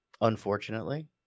Unfortunately